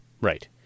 right